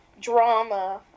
drama